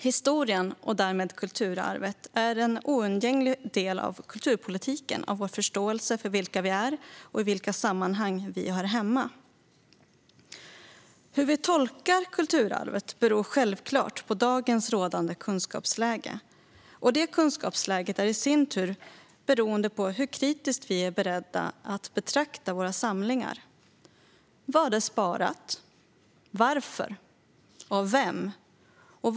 Historien, och därmed kulturarvet, är en oundgänglig del av kulturpolitiken och av vår förståelse för vilka vi är och i vilka sammanhang vi hör hemma. Hur vi tolkar kulturarvet beror givetvis på rådande kunskapsläge, och detta kunskapsläge är i sin tur beroende av hur kritiskt vi är beredda att betrakta våra samlingar. Vad är sparat, varför och av vem?